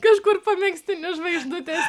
kažkur po megztiniu žvaigždutės